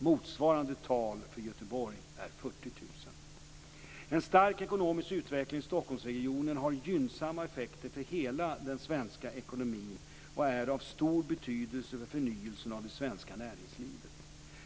Motsvarande tal för Göteborg är En stark ekonomisk utveckling i Stockholmsregionen har gynnsamma effekter för hela den svenska ekonomin och är av stor betydelse för förnyelsen av det svenska näringslivet.